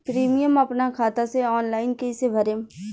Premium अपना खाता से ऑनलाइन कईसे भरेम?